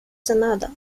sanada